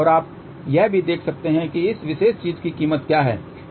और आप यह भी देख सकते हैं कि इस विशेष चीज की कीमत क्या है